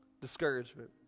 discouragement